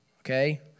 Okay